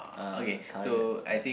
uh turrets ya